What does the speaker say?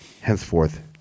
henceforth